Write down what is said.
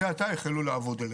זה עתה החלו לעבוד עליה.